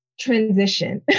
transition